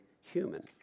human